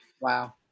Wow